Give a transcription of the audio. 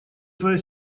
твоя